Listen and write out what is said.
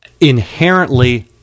inherently